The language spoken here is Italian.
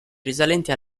risalenti